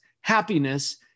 happiness